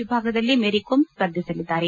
ವಿಭಾಗದಲ್ಲಿ ಮೇರಿಕೋಮ್ ಸ್ವರ್ಧಿಸಲಿದ್ದಾರೆ